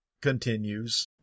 continues